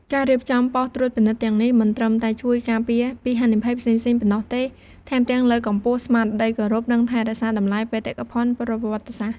ការរៀបចំប៉ុស្តិ៍ត្រួតពិនិត្យទាំងនេះ មិនត្រឹមតែជួយការពារពីហានិភ័យផ្សេងៗប៉ុណ្ណោះទេ ថែមទាំងលើកកម្ពស់ស្មារតីគោរព និងថែរក្សាតម្លៃបេតិកភណ្ឌប្រវត្តិសាស្ត្រ។